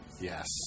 Yes